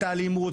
את האלימות,